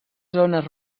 zones